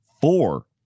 four